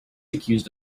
accused